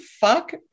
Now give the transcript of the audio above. fuck